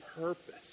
purpose